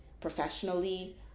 professionally